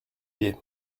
pied